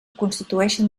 constituïxen